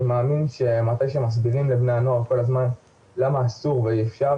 אני מאמין שכשמסבירים לבני הנוער למה אסור ואי אפשר